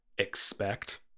Expect